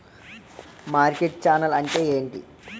Market channel అంటే ఏంటి?